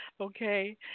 Okay